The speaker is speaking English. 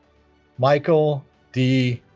michael d.